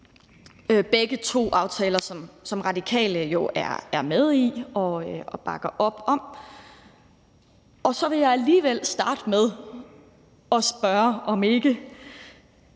begge aftaler er Radikale jo med i og bakker op om. Og så vil jeg alligevel starte med at spørge, om ikke